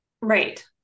Right